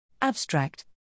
Abstract